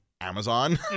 Amazon